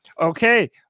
okay